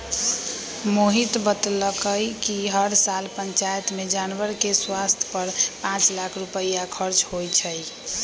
मोहित बतलकई कि हर साल पंचायत में जानवर के स्वास्थ पर पांच लाख रुपईया खर्च होई छई